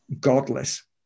godless